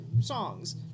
songs